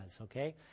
okay